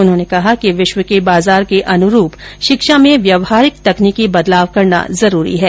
उन्होंने कहा कि विश्व के बाजार के अनुरूप शिक्षा में व्यावहारिक तकनीकी बदलाव करना जरूरी है